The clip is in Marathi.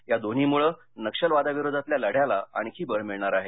या दोन्हीमुळे नक्षलवादाविरोधातल्या लढ्याला आणखी बळ मिळणार आहे